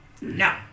No